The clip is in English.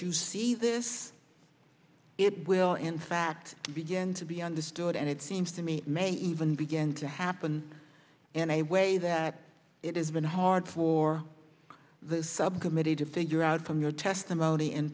you see this it will in fact begin to be understood and it seems to me may even begin to happen in a way that it has been hard for the subcommittee to figure out from your testimony in